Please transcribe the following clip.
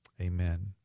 Amen